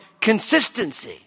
consistency